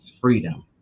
freedom